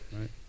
right